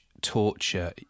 torture